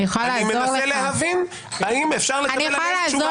אני מנסה להבין האם אפשר לקבל תשובה.